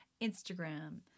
Instagram